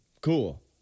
Cool